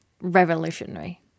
revolutionary